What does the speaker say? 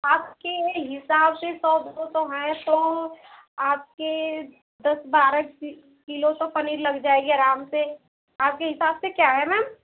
आपके हिसाब से सौ दो सौ हैं तो आपके दस बारह कि किलो तो पनीर लग जाएगी आराम से आपके हिसाब से क्या है मैम